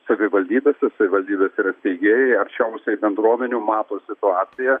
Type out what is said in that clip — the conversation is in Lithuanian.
savivaldybėse savivaldybės yra steigėjai arčiausiai bendruomenių mato situaciją